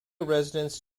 residents